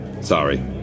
Sorry